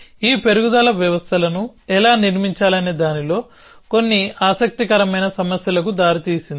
ఈ పెరుగుదల వ్యవస్థలను ఎలా నిర్మించాలనే దానిలో కొన్ని ఆసక్తికరమైన సమస్యలకు దారితీసింది